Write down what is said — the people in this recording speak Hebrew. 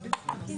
בבקשה.